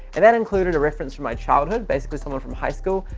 and that included a reference from my childhood, basically someone from high school,